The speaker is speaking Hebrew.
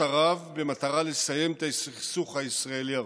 ערב במטרה לסיים את הסכסוך הישראלי ערבי.